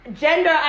gender